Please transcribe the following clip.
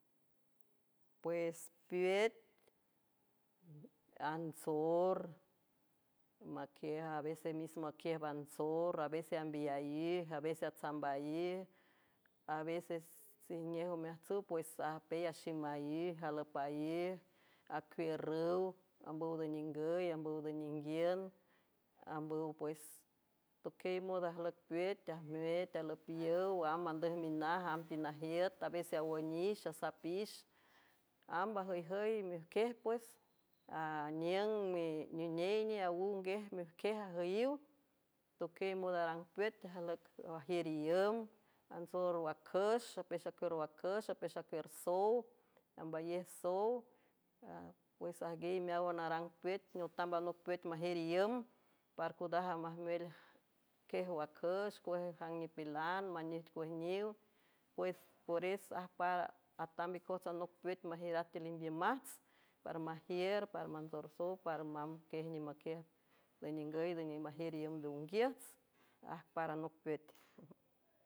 Pues püt, ansor makiej a veces mismo bakiej bansor, a veces ambillallej a veces atsambayej, a veces siñej omeatsüj pues ajpey a shimalley, aluk palley akier uw ambuw doñinguey ajbuw ninguien, ambuw pues tokey modo ajlock püt ajmüt ajlock yow aj mandej minaj am tinajiet a veces awia nish sapiish, amba jüy jüy mijkej pues, añien mi ñiñey ñi ajgu guej mojkuj ajkej ajolliw, tokey moda arang püt ajlock ijier iend, ansor waküsh, apeshahkür wakush, ajkej a persow amballej sow, pues ajguey meawan narang püt ñu tamba anop püt, majier iend parcudaj ajmajmuelt, kej wakush kuej kej ñipelan mañej kuej ñiw, pues por es ajpar, atam mi kojts anop püt majieraj tiel indiejmax, parma ajier parman dor sow, parmam kej ñimakej pues ñinguey de ni majier iend de unguiejts aj par anop püt